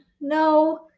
No